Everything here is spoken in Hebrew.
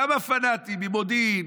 כמה פנאטים ממודיעין